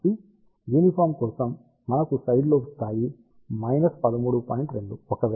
కాబట్టి యూనిఫాం కోసం మనకు సైడ్లోబ్ స్థాయి 13